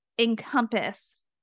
encompass